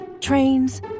Trains